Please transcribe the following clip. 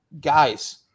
guys